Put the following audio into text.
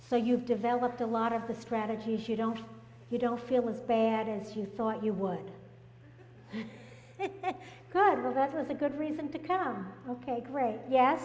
so you've developed a lot of the strategy is you don't you don't feel as bad as you thought you would that good or that was a good reason to come ok great ye